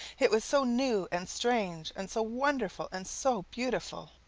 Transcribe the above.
it was so new and strange and so wonderful and so beautiful!